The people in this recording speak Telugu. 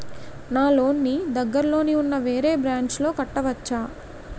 నా లోన్ నీ దగ్గర్లోని ఉన్న వేరే బ్రాంచ్ లో కట్టవచా?